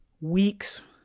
weeks